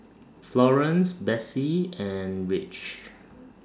Florance Besse and Rich